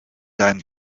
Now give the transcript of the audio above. deinen